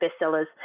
bestsellers